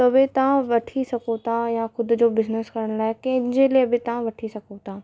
तवे तव्हां वठी सघो था या ख़ुदि जो बिजनेस करण लाइ कंहिंजे लाइ बि तव्हां वठी सघो था